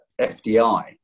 FDI